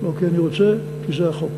לא כי אני רוצה, כי זה החוק.